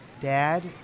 Dad